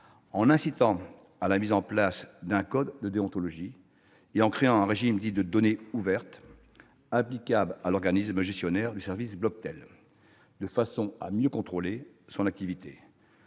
l'incitation à la mise en place d'un code de déontologie et de la création d'un régime de données ouvertes, applicable à l'organisme gestionnaire du service Bloctel, de façon à mieux contrôler son activité.